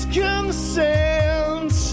consent